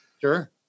Sure